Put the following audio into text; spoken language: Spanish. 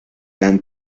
dan